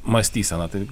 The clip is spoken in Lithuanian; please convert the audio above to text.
mąstyseną tai